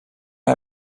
mei